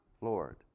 Lord